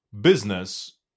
business